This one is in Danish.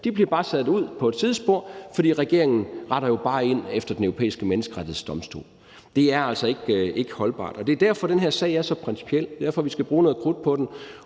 bliver bare sat ud på et sidespor, fordi regeringen jo bare retter ind efter Den Europæiske Menneskerettighedsdomstol. Det er altså ikke holdbart. Det er derfor, den her sag er så principiel, det er derfor, vi skal bruge noget krudt på den,